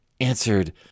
answered